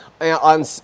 on